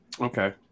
Okay